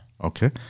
okay